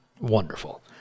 wonderful